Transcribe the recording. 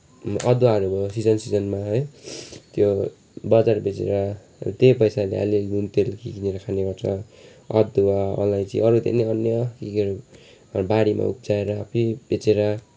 अदुवाहरू भयो सिजन सिजनमा है त्यो अब बजारमा बेचेर र त्यही पैसाले अलिअलि नुनतेल के के किनेर खाने गर्छ अदुवा अलैँची अरू धेरै अन्य के केहरू बारीमा उब्जाएर फेरि बेचेर